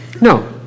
No